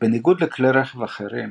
בניגוד לכלי רכב אחרים,